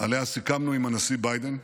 שעליה סיכמנו עם הנשיא ביידן.